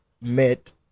met